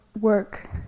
work